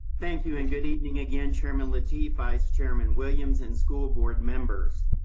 thank you and good evening again, chairman lateef, vice chairman williams and school board members.